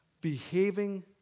Behaving